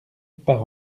part